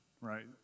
right